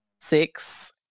six